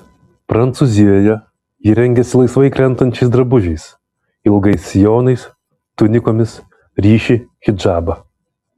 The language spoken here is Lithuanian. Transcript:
prancūzijoje ji rengiasi laisvai krentančiais drabužiais ilgais sijonais tunikomis ryši hidžabą